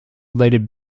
related